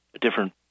different